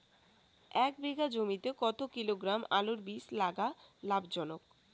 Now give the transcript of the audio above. এক বিঘা জমিতে কতো কিলোগ্রাম আলুর বীজ লাগা লাভজনক?